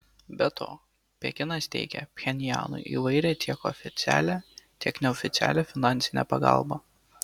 be to pekinas teikia pchenjanui įvairią tiek oficialią tiek neoficialią finansinę pagalbą